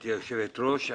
תודה, גברתי היושבת ראש.